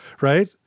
right